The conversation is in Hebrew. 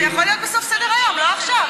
זה יכול להיות בסוף סדר-היום, לא עכשיו.